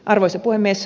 arvoisa puhemies